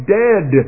dead